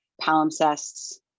Palimpsests